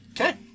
Okay